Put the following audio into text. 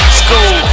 school